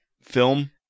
film